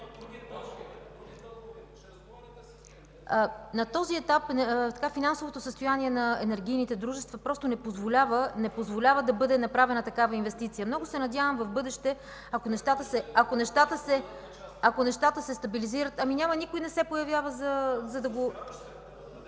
На този етап финансовото състояние на енергийните дружества просто не позволява да бъде направена такава инвестиция. Много се надявам в бъдеще, ако нещата се стабилизират… (Реплика от народния